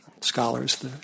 scholars